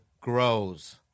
grows